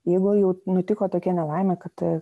jeigu jau nutiko tokia nelaimė kad